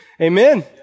Amen